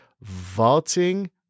vaulting